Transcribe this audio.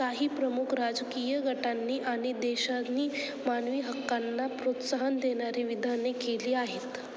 काही प्रमुख राजकीय गटांनी आणि देशांनी मानवी हक्कांना प्रोत्साहन देणारी विधाने केली आहेत